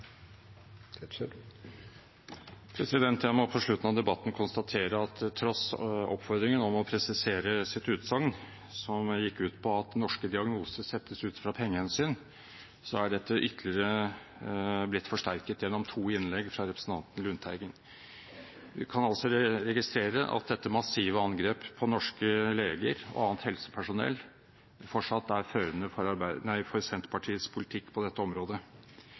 Jeg må på slutten av debatten konstatere at på tross av oppfordringen om å presisere sitt utsagn, som gikk ut på at norske diagnoser settes ut fra pengehensyn, er dette ytterligere blitt forsterket gjennom to innlegg fra representanten Lundteigen. Vi kan altså registrere at dette massive angrepet på norske leger og annet helsepersonell fortsatt er førende for Senterpartiets politikk på dette området.